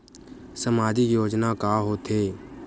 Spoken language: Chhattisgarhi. सामाजिक योजना का होथे?